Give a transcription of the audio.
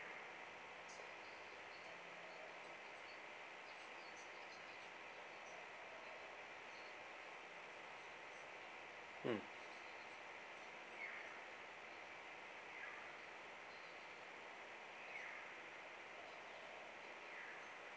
mm